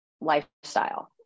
lifestyle